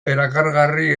erakargarri